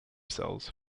cells